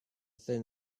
thin